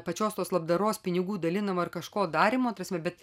pačios tos labdaros pinigų dalinimo ar kažko darymo ta prasme bet